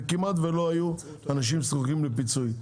ושכמעט ולא היו אנשים שנזקקו לפיצוי.